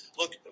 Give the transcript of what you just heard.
look